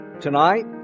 Tonight